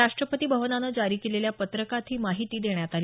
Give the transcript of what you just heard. राष्टपती भवनानं जारी केलेल्या पत्रकात ही माहिती देण्यात आली